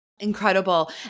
Incredible